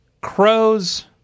crows